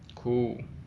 cool